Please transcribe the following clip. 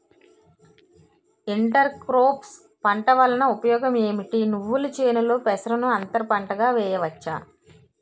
Inter crops పంట వలన ఉపయోగం ఏమిటి? నువ్వుల చేనులో పెసరను అంతర పంటగా వేయవచ్చా?